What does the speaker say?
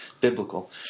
biblical